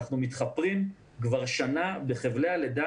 אנחנו מתחפרים כבר שנה בחבלי הלידה.